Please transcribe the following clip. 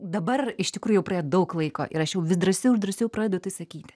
dabar iš tikrųjų jau praėjo daug laiko ir aš jau vis drąsiau ir drąsiau pradedu tai sakyti